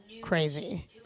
crazy